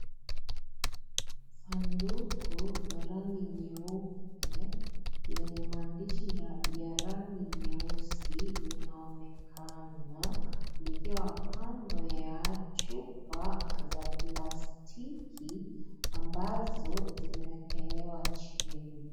Sanduku la rangi nyeupe, lenye maandishi ya rangi nyeusi linaonekana likiwa kando ya chupa za plastiki ambazo zimewekelewa chini.